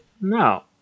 No